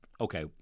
okay